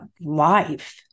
life